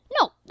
no